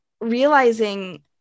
realizing